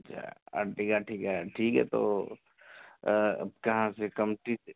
अच्छा ठीक है ठीक है ठीक है तो कहाँ से कमटी